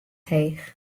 heech